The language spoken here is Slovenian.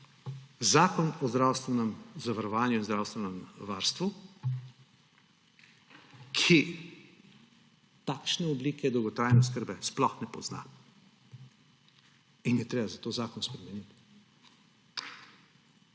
Zakon o zdravstvenem zavarovanju in zdravstvenem varstvu, ki takšne oblike dolgotrajne oskrbe sploh ne pozna in je treba zato zakon spremeniti.